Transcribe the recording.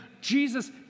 Jesus